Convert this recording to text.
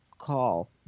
call